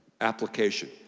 application